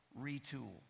retool